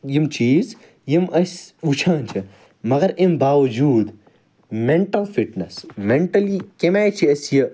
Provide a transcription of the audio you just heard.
یِم چیٖز یِم أسۍ وُچھان چھِ مگر اَمہِ باوجود میٚنٹَل فِٹنیٚس میٚنٹلی کَمہِ آیہِ چھِ أسۍ یہِ